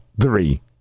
three